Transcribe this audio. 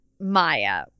Maya